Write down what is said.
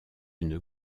une